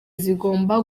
zigomba